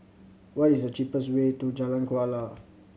what is the cheapest way to Jalan Kuala